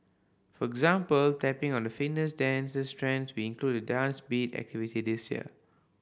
for example tapping on the fitness dances trends we included the Dance Beat activity this year